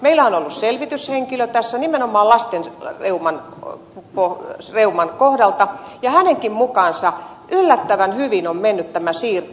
meillä on ollut selvityshenkilö tässä nimenomaan lastenreuman kohdalta ja hänenkin mukaansa yllättävän hyvin on mennyt tämä siirto